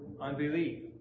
unbelief